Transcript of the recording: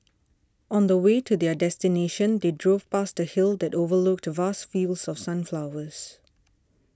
on the way to their destination they drove past a hill that overlooked vast fields of sunflowers